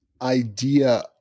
idea